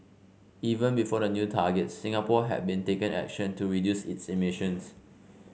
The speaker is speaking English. even before the new targets Singapore had been taking action to reduce its emissions